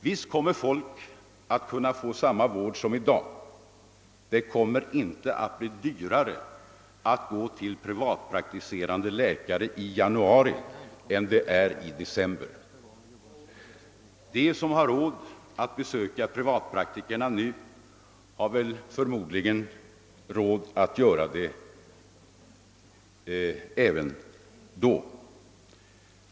Visst kommer folk att kunna få samma vård som i dag. Det kommer inte att bli dyrare att gå till privatpraktiserande läkare i januari än det är i december. De som har råd att besöka privatpraktikerna nu har förmodligen råd att göra det även då.